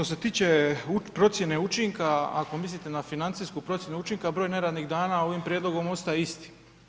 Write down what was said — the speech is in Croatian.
Pa što se tiče procjene učinka ako mislite na financijsku procjenu učinka broj neradnih dana ovim prijedlogom ostaje isti.